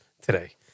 today